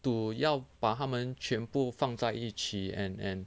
to 要把他们全部放在一起 and and